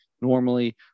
normally